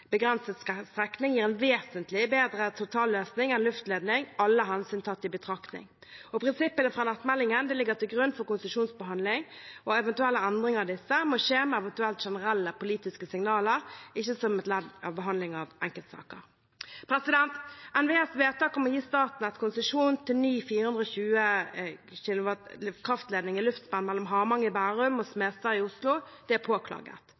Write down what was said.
begrenset strekning gir en vesentlig bedre totalløsning enn luftledning, alle hensyn tatt i betraktning. Prinsippene fra nettmeldingen ligger til grunn for konsesjonsbehandlingen, og eventuelle endringer av disse må skje ved generelle politiske signaler, ikke som ledd i behandling av enkeltsaker. NVEs vedtak om å gi Statnett konsesjon til ny 420 kV-kraftledning i luftspenn mellom Hamang i Bærum og Smestad i Oslo er påklaget.